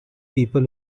people